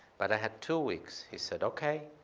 but i had two weeks. he said, okay.